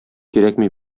кирәкми